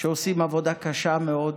שעושים עבודה קשה מאוד,